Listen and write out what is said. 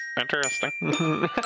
interesting